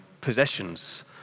possessions